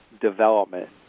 development